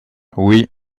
oui